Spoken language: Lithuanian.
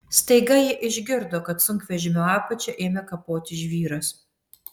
staiga ji išgirdo kad sunkvežimio apačią ėmė kapoti žvyras